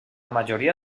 majoria